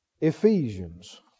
Ephesians